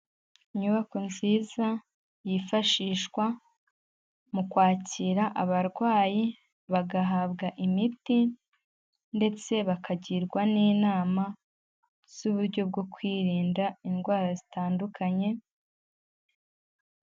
Inyubako nziza yifashishwa mu kwakira abarwayi bagahabwa imiti, ndetse bakagirwa n'inama z'uburyo bwo kwirinda indwara zitandukanye.